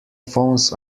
phones